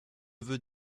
veux